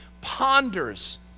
ponders